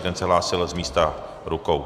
Ten se hlásil z místa rukou.